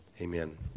Amen